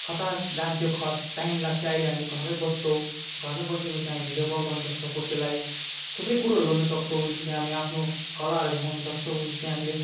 खता जान्थ्यो खत टाइम लाग्थ्यो अहिले हामी घरमै बस्छौँ घरमै बसी बसी हामी भिडियो कल गर्न सक्छौँ कसैलाई थुप्रै कुरोहरू गर्न सक्छौँ जस्तो कि हामी आफ्नो कलाहरू देखाउन सक्छौँ जस्तो कि हामीले